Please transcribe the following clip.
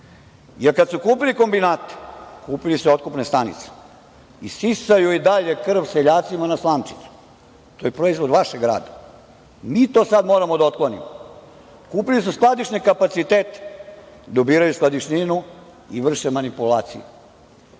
jer kad su kupili kombinate, kupili su otkupne stanice i sisaju i dalje krv seljacima na slamčicu. To je proizvod vašeg rada. Mi to sad moramo da otklonimo. Kupili su skladišne kapacitete, da ubiraju skladišninu i vrše manipulaciju. Još